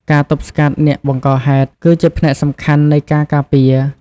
ការទប់ស្កាត់អ្នកបង្កហេតុ គឺជាផ្នែកសំខាន់នៃការការពារ។